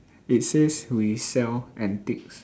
it says we sell antiques